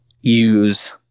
use